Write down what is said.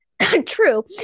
True